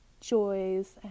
joys